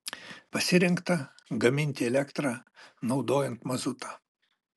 pasirengta gaminti elektrą naudojant mazutą